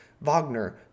Wagner